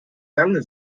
lange